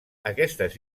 aquestes